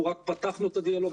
אנחנו רק פתחנו את הדיאלוג.